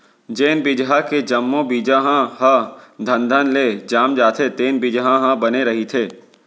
जेन बिजहा के जम्मो बीजा ह घनघन ले जाम जाथे तेन बिजहा ह बने रहिथे